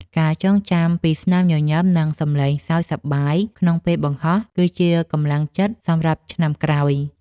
ការចងចាំពីស្នាមញញឹម និងសម្លេងសើចសប្បាយក្នុងពេលបង្ហោះ គឺជាកម្លាំងចិត្តសម្រាប់ឆ្នាំក្រោយ។